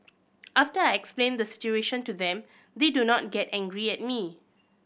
after I explain the situation to them they do not get angry at me